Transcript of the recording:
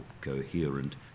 coherent